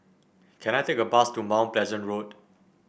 can I take a bus to Mount Pleasant Road